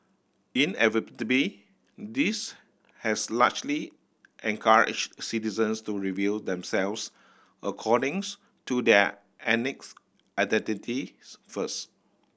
inevitably this has largely encouraged citizens to review themselves according to their identities first